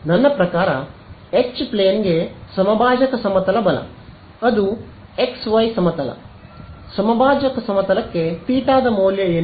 ನನ್ನ ಪ್ರಕಾರ ಎಚ್ ಪ್ಲೇನ್ಗೆ ಸಮಭಾಜಕ ಅದು x ವೈ ಸಮತಲ ಸಮಭಾಜಕ ಸಮತಲಕ್ಕೆ ಥೀಟಾದ ಮೌಲ್ಯ ಏನು